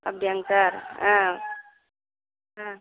அப்படியாங்க சார் ஆ ஆ